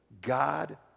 God